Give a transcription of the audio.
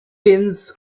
pins